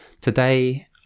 Today